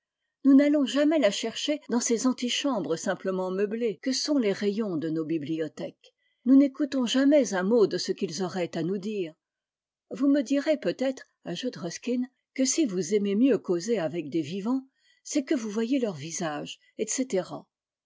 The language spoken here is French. nous n'al ions jamais la chercher dans ces antichambres simplement meublées que sont les rayons de nos bibliothèques nous n'écoutons jamais un mot de ce qu'ils auraient à nous dire i vous me direz peut-être ajoute ruskin que si vous aimez mieux causer avec des vivants c'est que vous voyez leur visage etc